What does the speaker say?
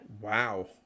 wow